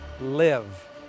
live